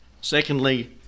Secondly